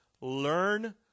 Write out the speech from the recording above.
Learn